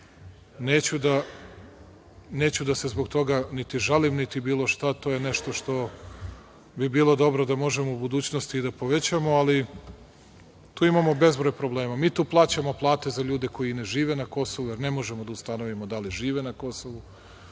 neću da se zbog toga niti žalim, niti bilo šta, to je nešto što bi bilo dobro da možemo u budućnosti da povećamo, ali tu imamo bezbroj problema. Tu plaćamo plate za ljude koji ne žive na Kosovu, jer ne možemo da ustanovimo da li žive na Kosovu,